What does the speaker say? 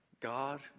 God